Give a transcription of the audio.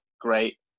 great